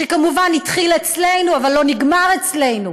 שכמובן התחיל אצלנו אבל לא נגמר אצלנו.